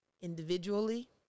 Individually